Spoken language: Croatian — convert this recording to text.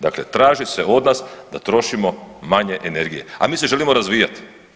Dakle, traži se od nas da trošimo manje energije, a mi se želimo razvijati.